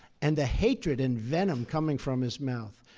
and the hatred and venom coming from his mouth,